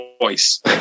voice